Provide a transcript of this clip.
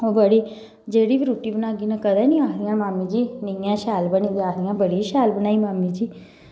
अ'ऊं कदें जेह्ड़ी बी रुट्टी बनागी ना कदें निं आखदे हैन मामी जी नेईं ऐ शैल बनी दी आखदियां बड़ी शैल बनाई मामी जी